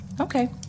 Okay